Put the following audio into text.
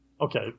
Okay